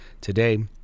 today